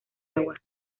agua